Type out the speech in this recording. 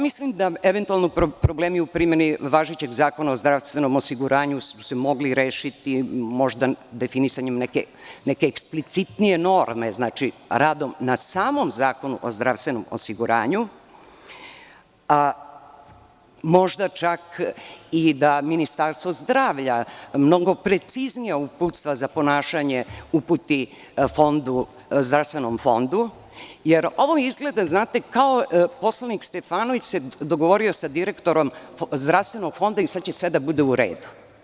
Mislim da su eventualno problemi u primeni važećeg Zakona o zdravstvenom osiguranju se mogli rešiti možda definisanjem neke eksplicitnije norme, znači, radom na samom Zakonu o zdravstvenom osiguranju, možda čak i da Ministarstvo zdravlja mnogo preciznija uputstva za ponašanje uputi Zdravstvenom fondu, jer ovo izgleda kao da se poslanik Stefanović dogovorio sa direktorom Zdravstvenog fonda i sada će sve da bude u redu.